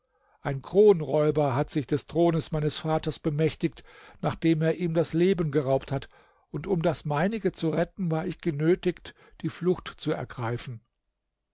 ein kronräuber hat sich des thrones meines vaters bemächtigt nachdem er ihm das leben geraubt hat und um das meinige zu retten war ich genötigt die flucht zu ergreifen